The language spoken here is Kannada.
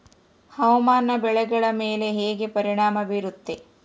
ಹವಾಮಾನ ಬೆಳೆಗಳ ಮೇಲೆ ಹೇಗೆ ಪರಿಣಾಮ ಬೇರುತ್ತೆ?